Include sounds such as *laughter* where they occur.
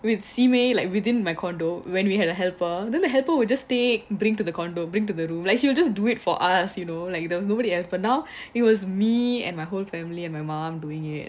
we have simei like within my condo when we had a helper then the helper will just say bring to the condo bring to the room like she'll just do it for us you know like he does nobody else but now *breath* it was me and my whole family and my mom doing it